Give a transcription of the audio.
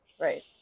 Right